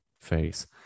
face